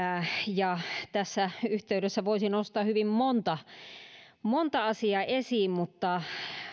ja tässä yhteydessä voisin nostaa hyvin monta monta asiaa esiin mutta